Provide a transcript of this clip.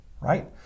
right